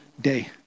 day